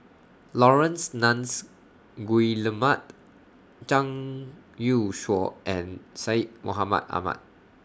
Laurence Nunns Guillemard Zhang Youshuo and Syed Mohamed Ahmed